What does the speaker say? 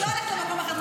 אני לא הולכת למקום אחר.